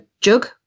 jug